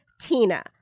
Tina